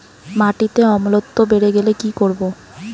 মাটিতে অম্লত্ব বেড়েগেলে কি করব?